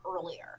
earlier